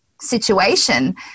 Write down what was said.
situation